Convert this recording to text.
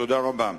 תודה רבה.